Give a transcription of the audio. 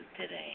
today